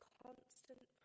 constant